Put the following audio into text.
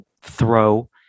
throw